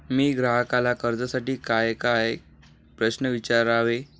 मी ग्राहकाला कर्जासाठी कायकाय प्रश्न विचारावे?